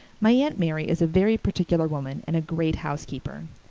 my aunt mary is a very particular woman and a great housekeeper.